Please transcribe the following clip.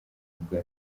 bwa